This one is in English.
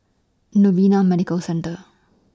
Novena Medical Centre